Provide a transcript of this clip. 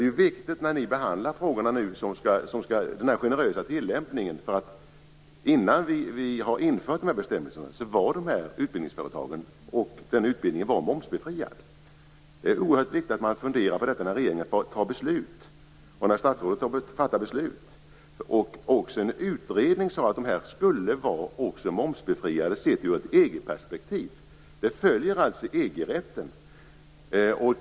Det är viktigt, när ni nu behandlar frågorna, med generös tillämpning. Innan vi införde de här bestämmelserna var utbildningsföretagen momsbefriade. Det är oerhört viktigt att man funderar över detta när regeringen och statsrådet fattar beslut. Också i en utredning sade man att det skulle vara momsbefrielse även sett ur ett EG-perspektiv. Det följer alltså EG-rätten.